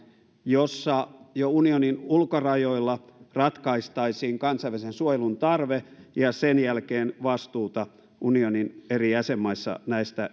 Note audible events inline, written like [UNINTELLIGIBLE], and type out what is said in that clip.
jossa jo unionin ulkorajoilla ratkaistaisiin kansainvälisen suojelun tarve ja sen jälkeen vastuuta unionin eri jäsenmaissa näistä [UNINTELLIGIBLE]